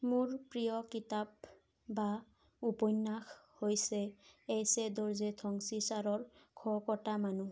মোৰ প্ৰিয় কিতাপ বা উপন্যাস হৈছে য়েচে দৰজে থংছি ছাৰৰ শৱ কটা মানুহ